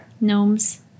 gnomes